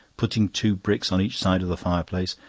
putting two bricks on each side of the fireplace,